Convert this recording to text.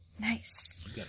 Nice